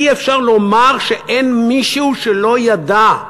אי-אפשר לומר שאין מישהו שלא ידע.